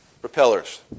propellers